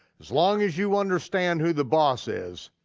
as long as you understand who the boss is,